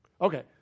Okay